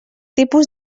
tipus